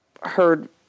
heard